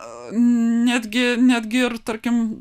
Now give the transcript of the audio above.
netgi netgi ir tarkim